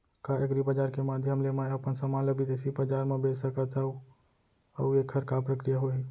का एग्रीबजार के माधयम ले मैं अपन समान ला बिदेसी बजार मा बेच सकत हव अऊ एखर का प्रक्रिया होही?